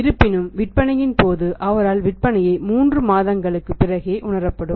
இருப்பினும் விற்பனையின் போது அவரால் விற்பனையை 3 மாதங்களுக்கு பிறகே உணரப்படும்